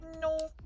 No